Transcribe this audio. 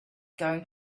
going